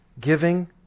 giving